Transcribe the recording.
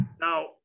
Now